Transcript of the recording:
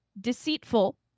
deceitful